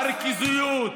הריכוזיות,